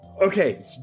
okay